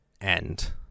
end